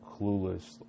clueless